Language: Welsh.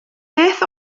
beth